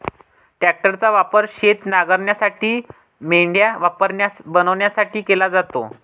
ट्रॅक्टरचा वापर शेत नांगरण्यासाठी, मेंढ्या बनवण्यासाठी केला जातो